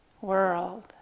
world